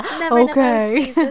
okay